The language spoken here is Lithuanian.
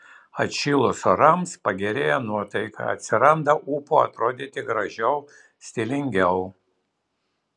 atšilus orams pagerėja nuotaika atsiranda ūpo atrodyti gražiau stilingiau